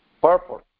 Purple